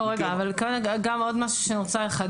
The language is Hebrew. אני רוצה לחדד עוד משהו.